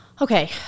okay